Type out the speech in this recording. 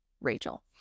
rachel